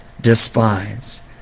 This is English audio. despise